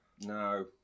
No